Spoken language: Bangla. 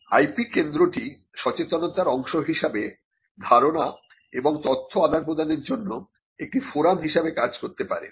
IP কেন্দ্রটি সচেতনতার অংশ হিসাবে ধারণা এবং তথ্য আদান প্রদানের জন্য একটি ফোরাম হিসেবে কাজ করতে পারে